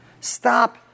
Stop